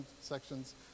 sections